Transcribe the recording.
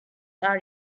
are